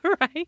Right